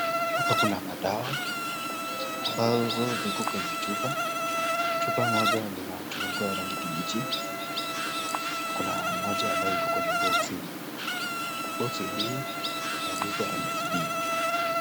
Hapa kuna madawa ambayo yako kwenye chupa. Chupa moja ina kifuniko cha rangi ya kijani kimbichi na kuna moja ambayo iko kwenye boxi. Boxi hii imendikwa MSD .